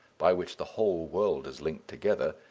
by which the whole world is linked together,